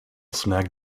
snagged